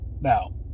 Now